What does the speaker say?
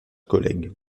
collègue